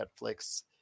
Netflix